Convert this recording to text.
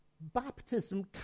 baptism